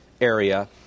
area